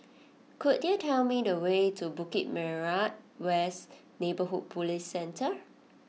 could you tell me the way to Bukit Merah West Neighbourhood Police Centre